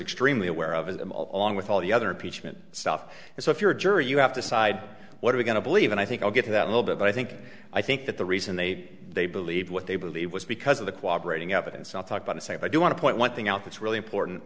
extremely aware of it all along with all the other impeachment stuff and so if you're a jury you have to side what are we going to believe and i think i'll get to that little bit but i think i think that the reason they they believe what they believe was because of the cooperate evidence i'll talk about to say i do want to point one thing out that's really important